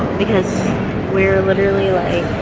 because we are literally like,